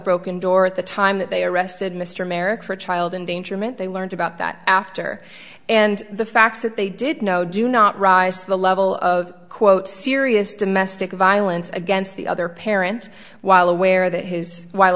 broken door at the time that they arrested mr merrick for child endangerment they learned about that after and the fact that they did know do not rise to the level of quote serious domestic violence against the other parent while aware that his while